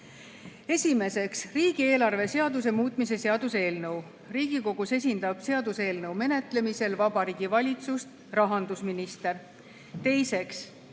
Esimeseks, riigieelarve seaduse muutmise seaduse eelnõu. Riigikogus esindab seaduseelnõu menetlemisel Vabariigi Valitsust rahandusminister. Teiseks,